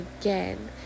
again